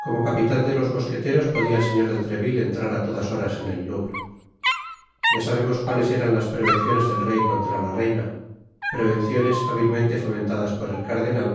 como capitan de los mosqueteros podia el señor de treville entrar á todas horas en el louvre ya sabemos cuales eran las prevenciones del rey contra la reina prevenciones habilmente fomentadas por el cardenal